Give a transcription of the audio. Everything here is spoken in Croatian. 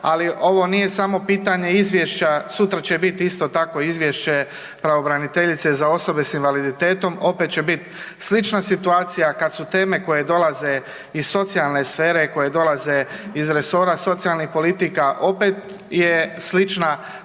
ali ovo nije samo pitanje izvješća. Sutra će biti tako izvješće pravobraniteljice za osobe s invaliditetom, opet će biti slična situacija. Kada su teme koje dolaze iz socijalne sfere, koje dolaze iz resora socijalnih politika opet je slična situacija